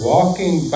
Walking